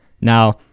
Now